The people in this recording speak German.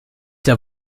der